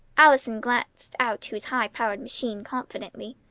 allison glanced out to his high-powered machine confidently.